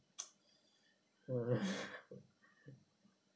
uh